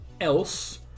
else